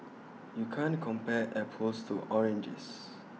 you can't compare apples to oranges